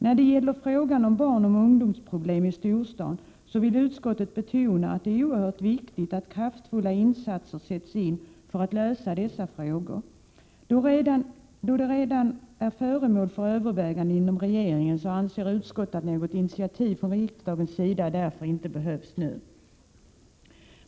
När det gäller frågan om barnoch ungdomsproblem i storstaden så vill utskottet betona att det är oerhört viktigt att kraftfulla insatser sätts in för att lösa dessa frågor. Då de redan är föremål för övervägande inom regeringen anser utskottet att något initiativ från riksdagens sida nu inte behövs.